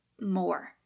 more